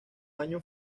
año